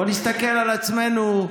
בואו נסתכל על עצמנו: